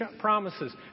promises